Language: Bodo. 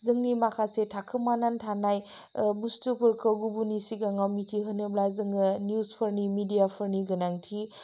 जोंनि माखासे थाखोमानानै थानाय बुस्थुफोरखौ गुबुननि सिगाङाव मिथिहोनोब्ला जोङो निउसफोरनि मिडियाफोरनि गोनांथि